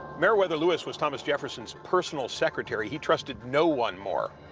meriwether lewis was thomas jefferson's personal secretary. he trusted no one more.